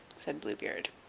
said blue beard.